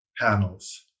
panels